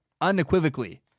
unequivocally